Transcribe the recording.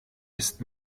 ist